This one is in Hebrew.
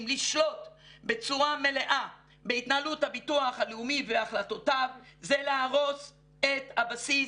לשלוט בצורה מלאה בהתנהלות הביטוח הלאומי והחלטותיו זה להרוס את הבסיס